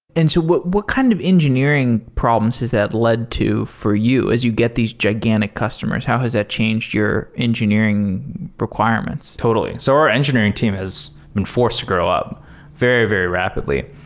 and what what kind of engineering problems has that led to for you as you get these gigantic customers? how has that changed your engineering requirements? totally. so our engineering team has been forced to grow up very, very rapidly,